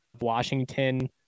Washington